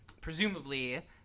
presumably